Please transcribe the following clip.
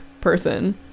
person